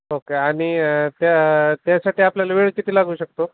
okay आणि त्या त्यासाठी आपल्याला वेळ किती लागू शकतो